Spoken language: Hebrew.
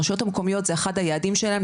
הרשויות המקומיות זה אחד היעדים שלהם,